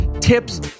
tips